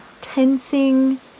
tensing